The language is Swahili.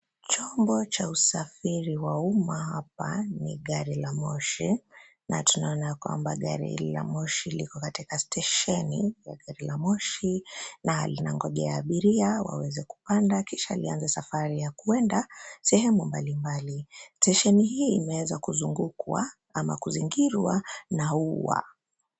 Chombo cha usafiri wa uma hapa ni gari la moshi na tunaona ya kwamba gari hili la moshi liko katika stesheni ya gari la moshi na linangojea abiria waweze kupanda kisha waanze kuenda sehemu mbali mbali. Stesheni hii imeweza kuzungukwa ama kuzingirwa na ua.